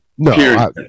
No